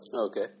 Okay